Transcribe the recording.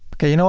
okay, you know